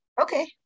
Okay